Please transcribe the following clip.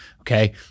Okay